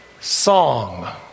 song